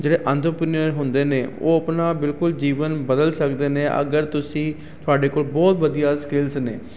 ਜਿਹੜੇ ਅੰਧਪਨਰ ਹੁੰਦੇ ਨੇ ਉਹ ਆਪਣਾ ਬਿਲਕੁਲ ਜੀਵਨ ਬਦਲ ਸਕਦੇ ਨੇ ਅਗਰ ਤੁਸੀਂ ਤੁਹਾਡੇ ਕੋਲ ਬਹੁਤ ਵਧੀਆ ਸਕਿਲਸ ਨੇ